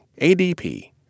ADP